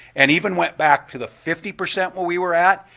and even went back to the fifty percent where we were at,